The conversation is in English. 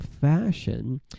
fashion